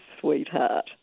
sweetheart